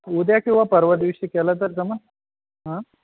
उद्या किंवा परवा दिवशी केला तर जमेल